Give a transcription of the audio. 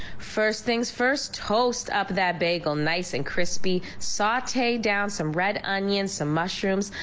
first things first toast up that bagel. nice and crispy. saute down some red onions, some mushrooms,